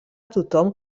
tothom